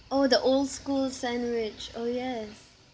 oh the old school sandwich oh yes